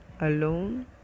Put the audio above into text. alone